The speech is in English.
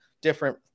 different